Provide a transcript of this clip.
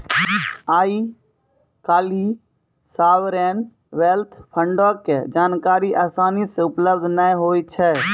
आइ काल्हि sovereign wealth फंडो के जानकारी असानी से उपलब्ध नै होय छै